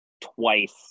twice